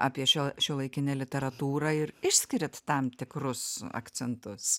apie šiuo šiuolaikinę literatūrą ir išskiriat tam tikrus akcentus